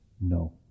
no